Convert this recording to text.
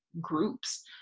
groups